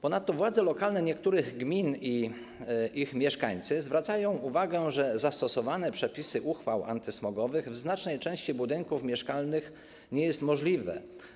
Ponadto władze lokalne niektórych gmin i ich mieszkańcy zwracają uwagę, że zastosowanie przepisów uchwał antysmogowych w znacznej części budynków mieszkalnych nie jest możliwe.